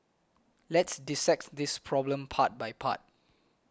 let's dissect this problem part by part